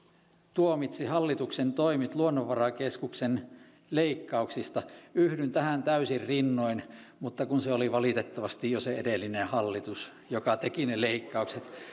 tuomitsi hallituksen toimet luonnonvarakeskuksen leikkauksista yhdyn tähän täysin rinnoin mutta kun se oli valitettavasti jo se edellinen hallitus joka teki ne leikkaukset